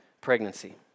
pregnancy